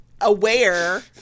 aware